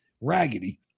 raggedy